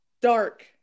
dark